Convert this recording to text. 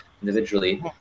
individually